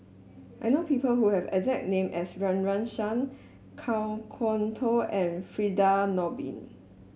I know people who have the exact name as Run Run Shaw Kan Kwok Toh and Firdaus Nordin